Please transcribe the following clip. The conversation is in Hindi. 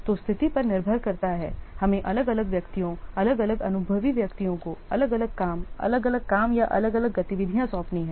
तो स्थिति पर निर्भर करता है हमें अलग अलग व्यक्तियों अलग अलग अनुभवी व्यक्तियों को अलग अलग काम अलग अलग काम या अलग अलग गतिविधियाँ सौंपनी हैं